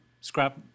scrap